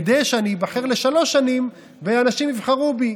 כדי שאני אבחר לשלוש שנים ואנשים יבחרו בי,